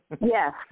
Yes